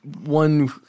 one –